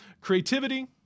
creativity